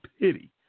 pity